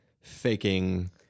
faking